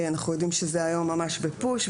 היום זה ממש בפוש,